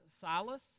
Silas